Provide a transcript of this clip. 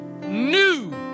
new